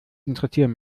interessieren